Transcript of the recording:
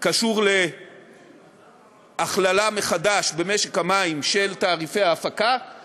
קשור להכללה מחדש של תעריפי ההפקה במשק המים.